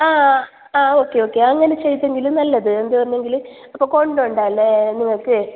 ആ ആ okay okay അങ്ങനെ ചെയ്തെങ്കിൽ നല്ലത് എന്ത് വന്നെങ്കിൽ അപ്പോൾ കൊണ്ടോണ്ടാല്ലേ നിങ്ങൾക്ക്